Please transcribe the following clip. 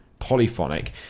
polyphonic